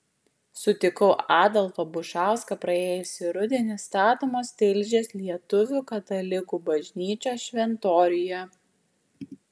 sutikau adolfą bušauską praėjusį rudenį statomos tilžės lietuvių katalikų bažnyčios šventoriuje